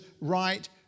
right